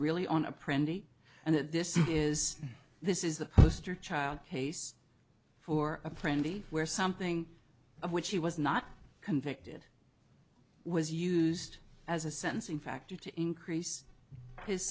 really on a pretty and this is this is the poster child case for a pretty where something of which he was not convicted was used as a sentencing factor to increase his